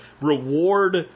reward